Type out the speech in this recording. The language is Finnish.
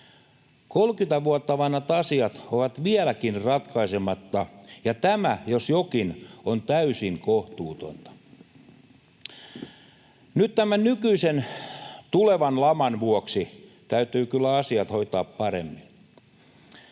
30 vuotta vanhat asiat ovat vieläkin ratkaisematta, ja tämä, jos jokin, on täysin kohtuutonta. Nyt tämän nykyisen tulevan laman vuoksi täytyy kyllä asiat hoitaa paremmin.